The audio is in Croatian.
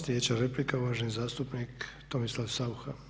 Sljedeća replika, uvaženi zastupnik Tomislav Saucha.